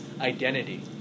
identity